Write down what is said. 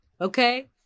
Okay